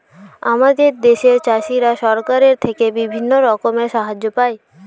আমাদের দেশের চাষিরা সরকারের থেকে বিভিন্ন রকমের সাহায্য পায়